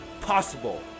possible